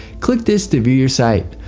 click this to view your site.